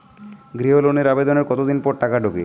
গৃহ লোনের আবেদনের কতদিন পর টাকা ঢোকে?